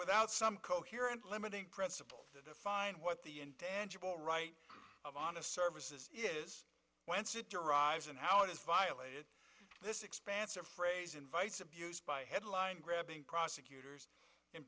without some coherent limiting principle to define what the intangible right of honest services whence it arrives and how it is violated this expansive phrase invites abuse by headline grabbing prosecutors in